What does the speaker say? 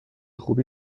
خوبی